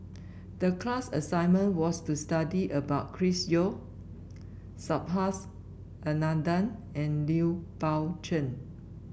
the class assignment was to study about Chris Yeo Subhas Anandan and Lui Pao Chuen